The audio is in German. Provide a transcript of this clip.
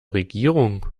regierung